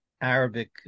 Arabic